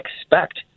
expect